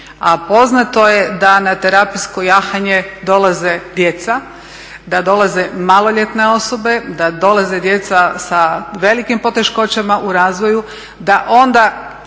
poznato je da na terapijsko jahanje dolaze djeca, da dolaze maloljetne osobe, da dolaze djeca sa velikim poteškoćama u razvoju, da onda